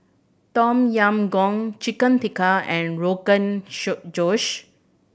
Tom Yam Goong Chicken Tikka and Rogan Josh